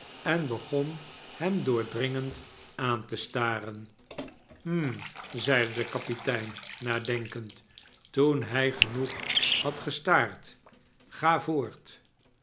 en begon hem doordringend aan te staren hm zeide de kapitein nadenkend toen hij genoeg had gestaard ga voort